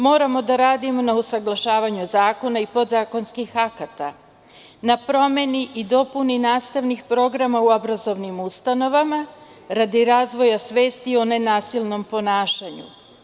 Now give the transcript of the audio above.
Moramo da radimo na usaglašavanju zakona i podzakonskih akata, na promeni i dopuni nastavnih programa u obrazovnim ustanovama radi razvoja svesti o nenasilnom ponašanju.